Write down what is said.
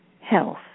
Health